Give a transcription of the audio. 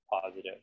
positive